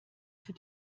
für